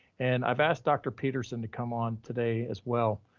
and i've asked dr. peterson to come on today as well,